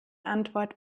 antwort